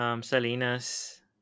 Salinas